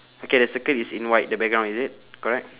okay the circle is in white the background is it correct